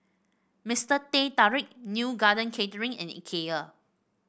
Mister Teh Tarik Neo Garden Catering and Ikea